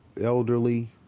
elderly